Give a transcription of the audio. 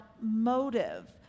motive